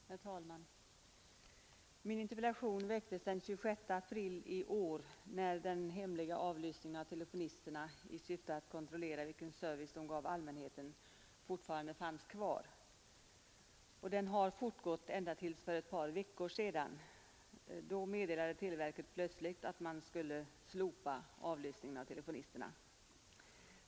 Herr talman! Min interpellation väcktes den 26 april i år, när den hemliga avlyssningen av telefonisterna i syfte att kontrollera vilken service de gav allmänheten fortfarande fanns kvar. Den har fortgått ända till för ett par veckor sedan. Då meddelade televerket plötsligt att avlyssningen av telefonister skulle slopas.